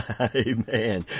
Amen